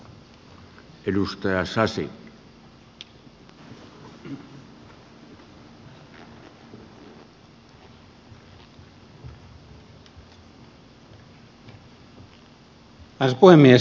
arvoisa puhemies